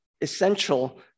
essential